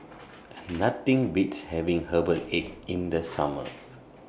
Nothing Beats having Herbal Egg in The Summer